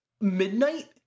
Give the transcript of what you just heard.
midnight